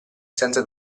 senza